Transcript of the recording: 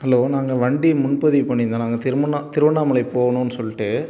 hello நாங்கள் வண்டி முன்பதிவு பண்ணியிருந்தோம் நாங்கள் திருவண்ணா திருவண்ணாமலை போகணுன்னு சொல்லிட்டு